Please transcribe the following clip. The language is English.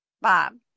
Bob